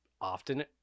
often